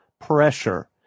pressure